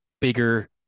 bigger